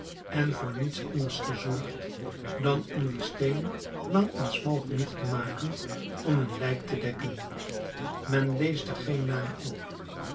en voor niets anders gezorgd dan om dien steen lang en smal genoeg te maken om een lijk te dekken men leest er geen naam op